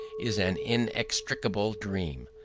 is an inextricable dream.